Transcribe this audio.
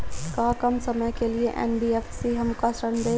का कम समय के लिए एन.बी.एफ.सी हमको ऋण देगा?